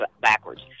backwards